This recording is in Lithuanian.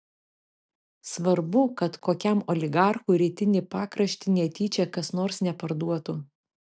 svarbu kad kokiam oligarchui rytinį pakraštį netyčia kas nors neparduotų